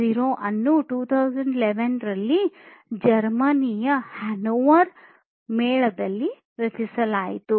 0 ಅನ್ನು 2011 ರಲ್ಲಿ ಜರ್ಮನಿಯ ಹ್ಯಾನೋವರ್ ಮೇಳದಲ್ಲಿ ರಚಿಸಲಾಯಿತು